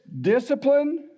discipline